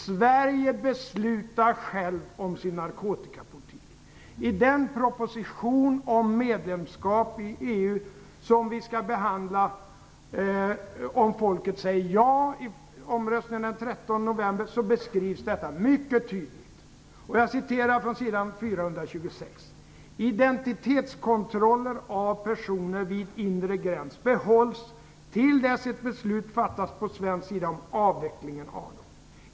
Sverige beslutar självt om sin narkotikapolitik. I den proposition om medlemskap i EU som vi skall behandla om folket säger ja i omröstningen den 13 november beskrivs detta mycket tydligt. Jag citerar från s. 426: "Identitetskontroller av personer vid inre gräns behålles till dess att ett beslut fattats på svensk sida om avveckling av dem.